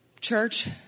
church